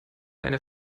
eine